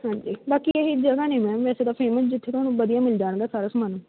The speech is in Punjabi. ਹਾਂਜੀ ਬਾਕੀ ਇਹ ਜਗ੍ਹਾ ਨੇ ਮੈਮ ਵੈਸੇ ਤਾਂ ਫੇਮਸ ਜਿੱਥੇ ਤੁਹਾਨੂੰ ਵਧੀਆ ਮਿਲ ਜਾਣ ਗਾ ਸਾਰਾ ਸਮਾਨ